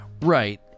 Right